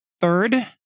third